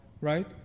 right